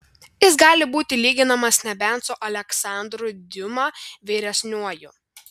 jis gali būti lyginamas nebent su aleksandru diuma vyresniuoju